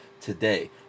today